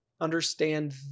understand